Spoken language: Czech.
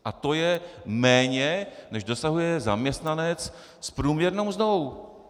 A to je méně, než dosahuje zaměstnanec s průměrnou mzdou.